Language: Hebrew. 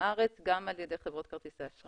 בארץ גם על ידי כרטיסי האשראי.